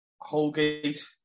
Holgate